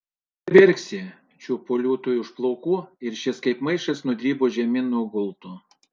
tuoj verksi čiupo liūtui už plaukų ir šis kaip maišas nudribo žemyn nuo gulto